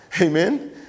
Amen